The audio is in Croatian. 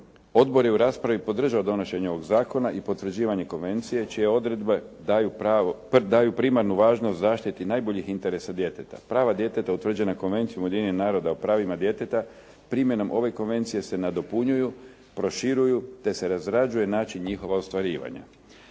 Odbor je u raspravi podržao donošenje ovog zakona i potvrđivanje konvencije čije odredbe daju primarnu važnost zaštitit najboljih interesa djeteta. Prava djeteta utvrđena konvencijom Ujedinjenih naroda o pravima djeteta primjenom ove konvencije se nadopunjuju, proširuju te se razrađuje način njihova ostvarivanja.